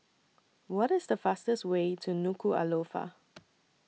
What IS The fastest Way to Nuku'Alofa